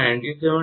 078 1